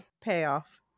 Payoff